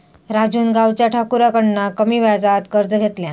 राजून गावच्या ठाकुराकडना कमी व्याजात कर्ज घेतल्यान